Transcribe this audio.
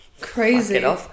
crazy